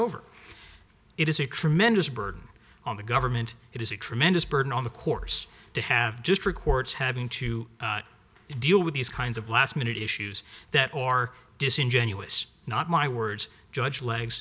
over it is a tremendous burden on the government it is a tremendous burden on the course to have district courts having to deal with these kinds of last minute issues that or disingenuous not my words judge leg